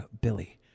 Billy